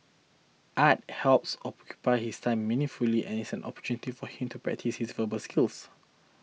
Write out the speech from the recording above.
art helps occupy his time meaningfully and is an opportunity for him to practise his verbal skills